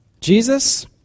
Jesus